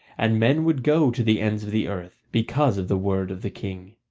and men would go to the ends of the earth because of the word of the king.